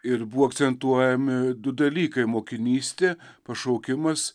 ir buvo akcentuojami du dalykai mokinystė pašaukimas